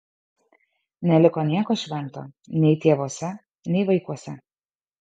neliko nieko švento nei tėvuose nei vaikuose